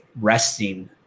resting